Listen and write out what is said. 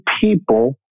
people